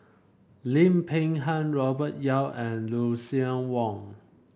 Lim Peng Han Robert Yeo and Lucien Wang